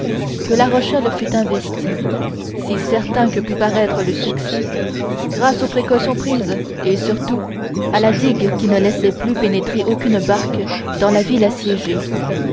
que la rochelle fût investie si certain que pût paraître le succès grâce aux précautions prises et surtout à la digue qui ne laissait plus pénétrer aucune barque dans la ville assiégée